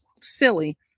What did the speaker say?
silly